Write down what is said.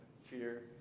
fear